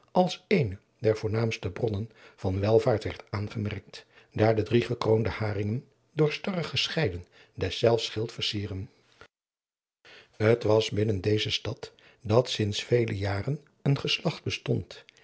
als eene der voornaamste bronnen van welvaart werd aangemerkt daar de drie gekroonde haringen door starren gescheiden deszelfs schild versieren t was binnen deze stad dat finds vele jaren een geslacht bestond